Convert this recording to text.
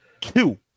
Two